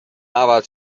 عوض